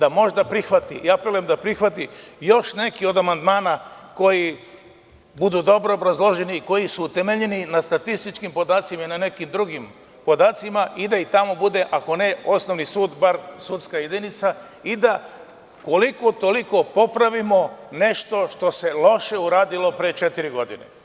Apelujem da prihvati još neki od amandmana koji budu dobro obrazloženi, koji su temeljni na statističkim podacima i na nekim drugim podacima i da i tamo bude ako ne osnovni sud, bar sudska jedinica i da koliko toliko popravimo nešto što se loše uradilo pre četiri godine.